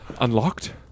Unlocked